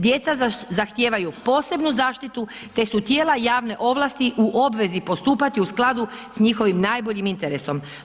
Djeca zahtijevaju posebnu zaštitu te su tijela javne ovlasti u obvezi postupati u skladu s njihovim najboljim interesom.